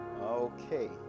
Okay